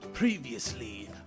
Previously